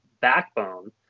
backbone